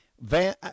van